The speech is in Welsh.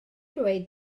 dweud